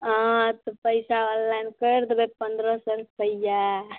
हँ तऽ पैसा ऑनलाइन कर देबै पन्द्रह सए रुपैआ